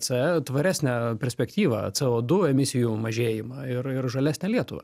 c tvaresnę perspektyvą co du emisijų mažėjimą ir ir žalesnę lietuvą